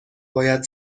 باید